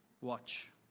watch